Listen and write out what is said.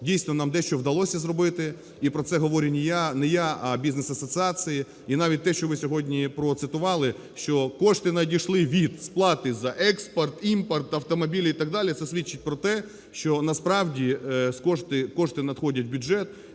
дійсно, нам дещо вдалося зробити, і про це говорю не я, а бізнес-асоціації. І навіть те, що ви сьогодні процитували, що кошти надійшли від сплати за експорт, імпорт, автомобілі і так далі, це свідчить про те, що, насправді, кошти надходять в бюджет